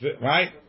right